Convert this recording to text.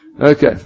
Okay